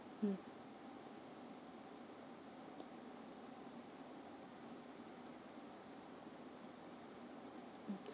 mm mm